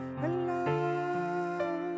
Hello